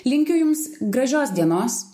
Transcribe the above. linkiu jums gražios dienos